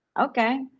Okay